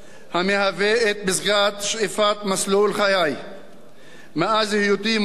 המהווה את פסגת שאיפת מסלול חיי מאז היותי מורה,